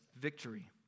victory